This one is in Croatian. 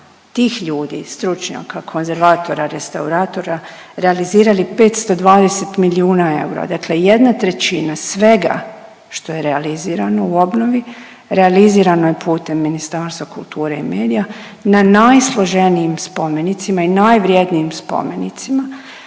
tih ljudi stručnjaka, konzervatora, restauratora realizirali 520 milijuna eura. Dakle, jedna trećina svega što je realizirano u obnovi, realizirano je putem Ministarstva kulture i medije na najsloženijim spomenicima i najvrjednijim spomenicima,